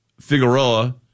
Figueroa